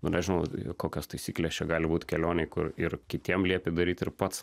nu nežinau kokios taisyklės čia gali būt kelionėj kur ir kitiem liepi daryt ir pats